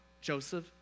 Joseph